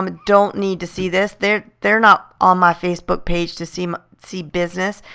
um don't need to see this. they're they're not on my facebook page to see um see business.